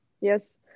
Yes